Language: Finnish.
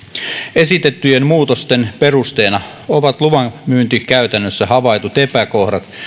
esitettyjen muutosten perusteena ovat luvanmyyntikäytännössä havaitut epäkohdat